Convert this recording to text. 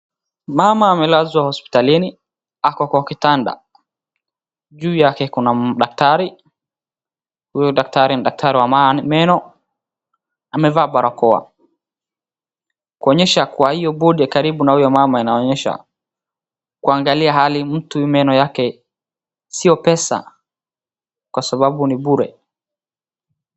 Mama amelazwa hosipitalini ako kwa kitanda. Juu yake kuna dakitari. Huyu dakitari ni dakitari wa meno amevaa barakoa. Kuonyesha kwa hiyo board karibu na huyo mama inaonyesha kuangalia hali mtu meno yake sio pesa kwa sababu ni bure.